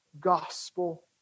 gospel